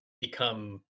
become